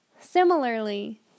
Similarly